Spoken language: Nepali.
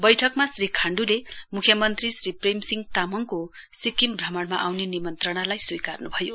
बैठकमा श्री खाण्ड्ले मुख्यमन्त्री श्री प्रेम सिंह तामाङको सिक्किम भ्रमणमा आउने निमन्त्रणालाई स्वीकार्न् भयो